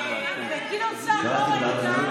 את גדעון סער לא ראית.